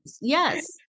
Yes